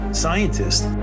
scientists